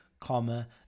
comma